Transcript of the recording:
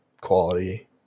quality